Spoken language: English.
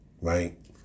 right